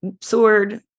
sword